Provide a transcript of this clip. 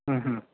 ਹੁੰ ਹੁੰ